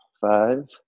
Five